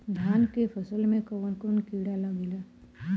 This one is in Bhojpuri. धान के फसल मे कवन कवन कीड़ा लागेला?